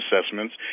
assessments